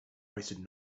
wasted